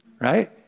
right